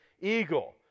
eagle